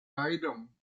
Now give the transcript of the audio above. item